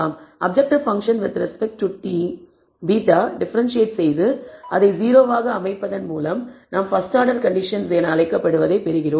objective function with respect to β differentiate செய்து அதை 0 ஆக அமைப்பதன் மூலம் நாம் பஸ்ட் ஆர்டர் கண்டிஷன்கள் என அழைக்கப்படுவதைப் பெறுகிறோம்